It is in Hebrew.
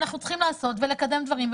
אנחנו צריכים לעשות ולקדם דברים,